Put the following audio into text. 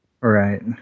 Right